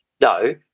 No